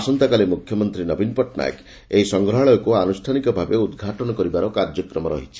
ଆସନ୍ତାକାଲି ମୁଖ୍ୟମନ୍ତୀ ନବୀନ ପଟ୍ଟନାୟକ ଏହି ସଂଗ୍ରହାଳୟକୁ ଆନୁଷ୍ଠାନିକ ଭାବେ ଉଦ୍ଘାଟନ କରିବାର କାର୍ଯ୍ୟକ୍ରମ ରହିଛି